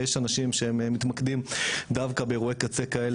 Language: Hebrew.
ויש אנשים שהם מתמקדים דווקא באירועי קצה כאלה